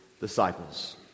disciples